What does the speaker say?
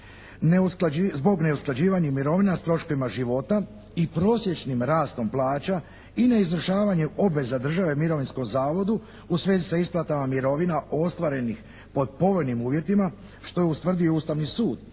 zbog neusklađivanja mirovina s troškovima života i prosječnim rastom plaća i neizvršavanje obveza države mirovinskom zavodu u svezi s isplatama mirovina ostvarenih pod povoljnim uvjetima što je ustvrdio Ustavni sud